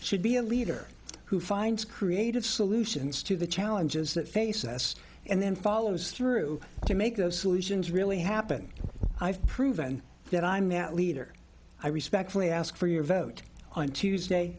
should be a leader who finds creative solutions to the challenges that face us and then follows through to make those solutions really happen i've proven that i'm that leader i respectfully ask for your vote on tuesday